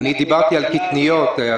אני דיברתי על קטניות,